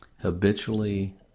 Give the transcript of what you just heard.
habitually